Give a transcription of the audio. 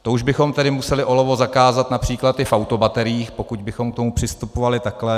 To už bychom tedy museli olovo zakázat například i v autobateriích, pokud bychom k tomu přistupovali takhle.